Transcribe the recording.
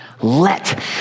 Let